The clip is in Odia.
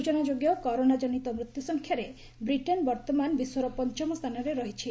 ସୂଚନାଯୋଗ୍ୟ କରୋନାଟ୍ଟନିତ ମୃତ୍ୟୁସଂଖ୍ୟାରେ ବ୍ରିଟେନ୍ ବର୍ତ୍ତମାନ ବିଶ୍ୱର ପଞ୍ଚମ ସ୍ଥାନରେ ରହିଛି